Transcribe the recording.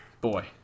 boy